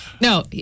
No